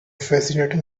fascinating